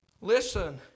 Listen